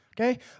Okay